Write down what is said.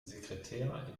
sekretär